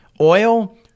Oil